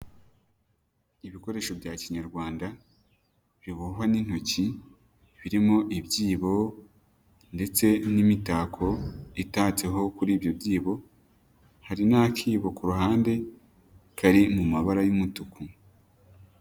Ibikoresho bya kinyarwanda bibohwa n'intoki birimo ibyibo ndetse n'imitako itatseho kuri ibyo byibo, hari n'akibo ku ruhande kari mu mabara y'umutuku.